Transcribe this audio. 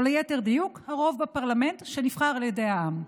או ליתר דיוק הרוב בפרלמנט, שנבחר על ידי העם.